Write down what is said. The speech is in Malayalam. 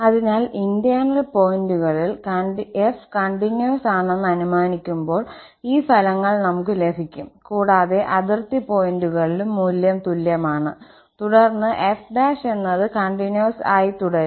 അതിനാൽ ഇന്റെർണൽ പോയിന്റുകളിൽ f കണ്ടിന്വസ് ആണെന്ന് അനുമാനിക്കുമ്പോൾ ഈ ഫലങ്ങൾ നമുക്ക് ലഭിക്കും കൂടാതെ അതിർത്തി പോയിന്റുകളിലും മൂല്യം തുല്യമാണ് തുടർന്ന് f എന്നത് കണ്ടിന്വസ് ആയി തുടരും